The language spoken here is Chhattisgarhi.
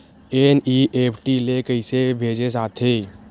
एन.ई.एफ.टी ले कइसे भेजे जाथे?